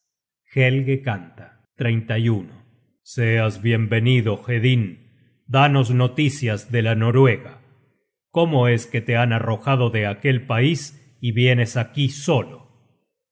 book search generated at helge canta seas bien venido hedinn danos noticias de la noruega cómo es que te han arrojado de aquel pais y vienes aquí solo